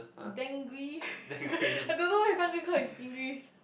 当归 I don't know what is 当归 called in English